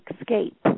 escape